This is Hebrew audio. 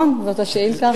נכון, זאת השאילתא האחרונה.